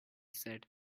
said